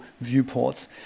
viewports